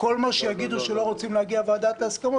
כל מה שיגידו שלא רוצים להגיע לוועדת ההסכמות,